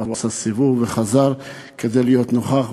והוא עשה סיבוב וחזר כדי להיות נוכח,